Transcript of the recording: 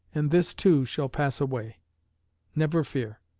and this, too, shall pass away never fear.